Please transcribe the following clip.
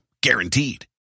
guaranteed